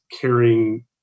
carrying